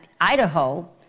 Idaho